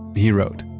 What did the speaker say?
he wrote,